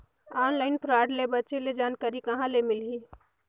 Online fraud ले बचे के जानकारी कहां ले मिलही?